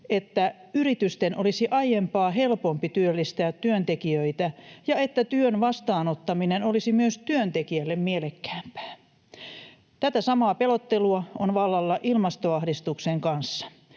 että yritysten olisi aiempaa helpompi työllistää työntekijöitä ja että työn vastaanottaminen olisi myös työntekijälle mielekkäämpää. Tätä samaa pelottelua on vallalla ilmastoahdistuksen kanssa.